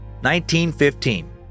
1915